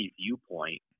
viewpoint